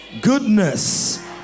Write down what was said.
goodness